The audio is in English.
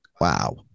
Wow